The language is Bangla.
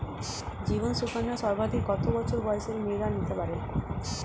জীবন সুকন্যা সর্বাধিক কত বছর বয়সের মেয়েরা নিতে পারে?